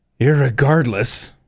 irregardless